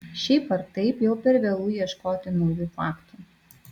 šiaip ar taip jau per vėlu ieškoti naujų faktų